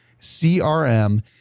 CRM